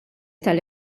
tal